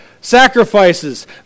sacrifices